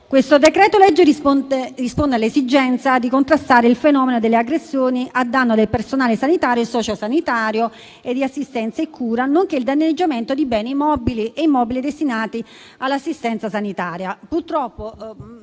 questo decreto-legge risponde all'esigenza di contrastare il fenomeno delle aggressioni a danno del personale sanitario, sociosanitario, ausiliario e di assistenza e cura, nonché del danneggiamento di beni mobili e immobili destinati all'assistenza sanitaria. Purtroppo,